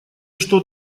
что